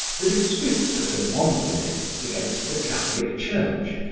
the disputes of the montanists against the catholic church,